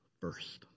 first